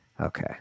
Okay